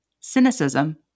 cynicism